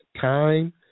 time